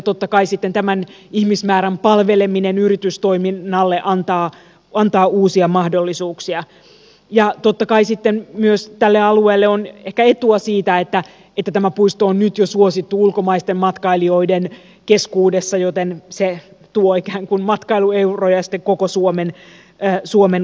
totta kai sitten tämän ihmismäärän palveleminen antaa uusia mahdollisuuksia yritystoiminnalle ja totta kai sitten myös tälle alueelle on ehkä etua siitä että tämä puisto on nyt jo suosittu ulkomaisten matkailijoiden keskuudessa joten se tuo ikään kuin matkailueuroja sitten koko suomen kansantalouteen